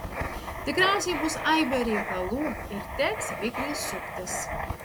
tikriausiai bus aibė reikalų ir teks vikriai suktis